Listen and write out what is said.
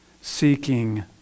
seeking